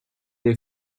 dei